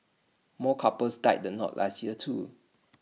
more couples tied the knot last year too